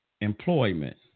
Employment